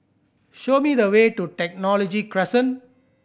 show me the way to Technology Crescent